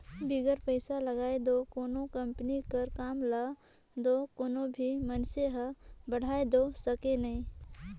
बिगर पइसा लगाए दो कोनो कंपनी कर काम ल दो कोनो भी मइनसे हर बढ़ाए दो सके नई